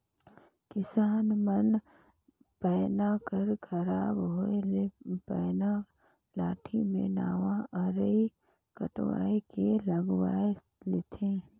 किसान मन पैना कर खराब होए ले पैना लाठी मे नावा अरई कटवाए के लगवाए लेथे